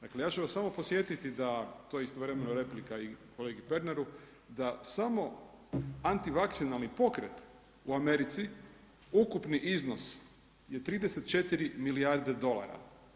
Dakle, ja ću vas samo podsjetiti da, to je istovremeno replika i kolegi Pernaru, da samo antivakcinalni pokret u Americi, ukupni iznos je 34 milijarde dolara.